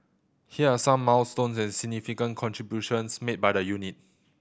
here are some milestones and significant contributions made by the unit